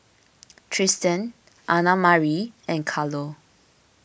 Triston Annmarie and Carlo